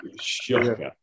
Shocker